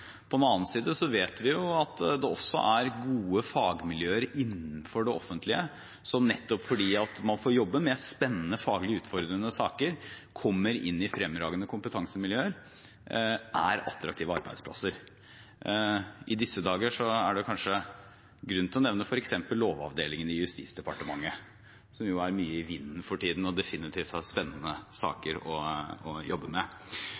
På den annen side vet vi at det også er gode fagmiljøer innenfor det offentlige som, nettopp fordi man får jobbe med spennende og faglig utfordrende saker, kommer inn i fremragende kompetansemiljøer og er attraktive arbeidsplasser. I disse dager er det kanskje grunn til å nevne f.eks. lovavdelingen i Justisdepartementet, som jo er mye